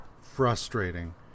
frustrating